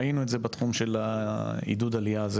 ראינו את זה בתחום של העידוד עלייה,